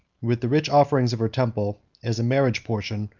with the rich offerings of her temple as a marriage portion,